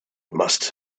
must